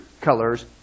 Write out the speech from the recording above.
colors